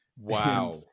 Wow